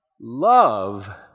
Love